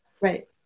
right